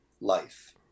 life